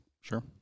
Sure